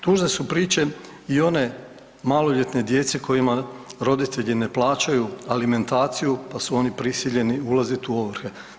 Tužne su priče i one maloljetne djece kojima roditelji ne plaćaju alimentaciju, pa su oni prisiljeni ulazit u ovrhe.